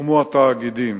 הוקמו התאגידים,